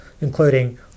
including